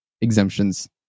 exemptions